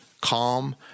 calm